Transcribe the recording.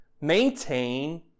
maintain